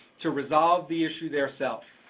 to resolve the issue theirself.